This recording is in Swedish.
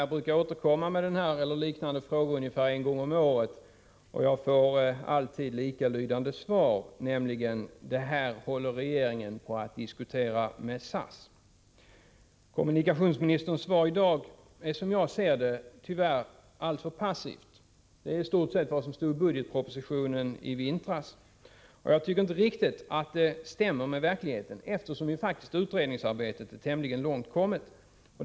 Jag brukar återkomma med den här eller någon liknande fråga ungefär en gång om året, och jag får alltid likalydande svar: Detta håller regeringen på att diskutera med SAS. Kommunikationsministerns svar i dag är, som jag ser det, tyvärr alltför passivt. Det är i stort sett vad som stod i budgetpropositionen i vintras. Och jag tycker inte riktigt att det stämmer med verkligheten. Utredningsarbetet är ju faktiskt tämligen långt kommet.